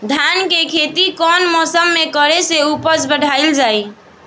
धान के खेती कौन मौसम में करे से उपज बढ़ाईल जाई?